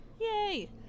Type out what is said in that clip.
Yay